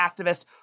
activists